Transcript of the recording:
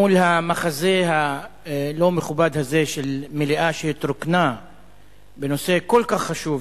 מול המחזה הלא-מכובד הזה של מליאה שהתרוקנה בנושא כל כך חשוב,